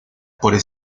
por